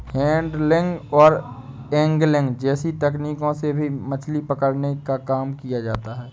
handling और angling जैसी तकनीकों से भी मछली पकड़ने का काम किया जाता है